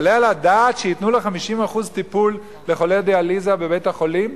יעלה על הדעת שייתנו 50% טיפול בחולה דיאליזה בבית-החולים,